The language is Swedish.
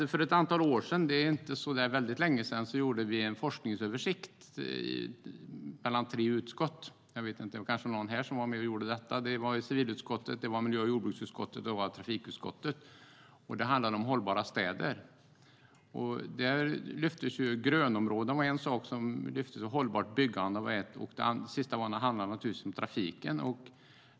För ett antal år sedan - det är inte så väldigt länge sedan - gjorde vi en forskningsöversikt tre utskott emellan. Det kanske är någon här som var med och gjorde detta. Det var civilutskottet, miljö och jordbruksutskottet och trafikutskottet, och översikten handlade om hållbara städer. Grönområden var en sak som lyftes fram; hållbart byggande var en annan. Till sist handlade det om trafiken.